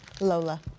Lola